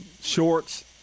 shorts